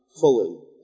fully